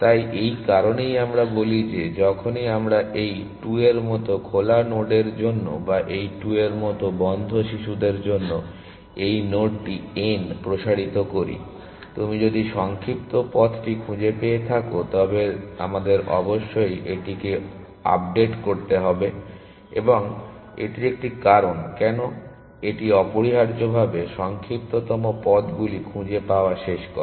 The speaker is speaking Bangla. তাই এই কারণেই আমরা বলি যে যখনই আমরা এই 2 এর মতো খোলা নোডের জন্য বা এই 2 এর মতো বন্ধ শিশুদের জন্য এই নোডটি n প্রসারিত করি তুমি যদি সংক্ষিপ্ত পথটি খুঁজে পেয়ে থাকো তবে আমাদের অবশ্যই এটিকে অবশ্যই আপডেট করতে হবে এবং এটি একটি কারণ কেন এটি অপরিহার্যভাবে সংক্ষিপ্ততম পথগুলি খুঁজে পাওয়া শেষ করে